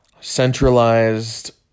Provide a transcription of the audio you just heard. centralized